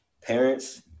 parents